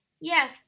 Yes